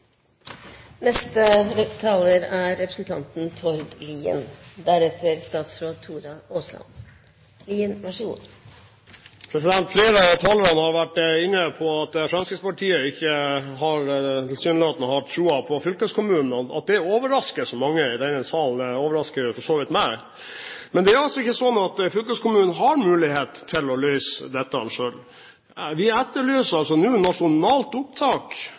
er ti år! Flere av talerne har vært inne på at Fremskrittspartiet tilsynelatende ikke har troen på fylkeskommunene. At det overrasker så mange i denne salen, overrasker for så vidt meg. Det er ikke sånn at fylkeskommunen har mulighet til å løse dette selv. Vi etterlyser nå nasjonalt opptak